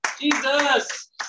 Jesus